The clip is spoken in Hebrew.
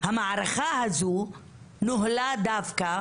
המערכה הזו נוהלה דווקא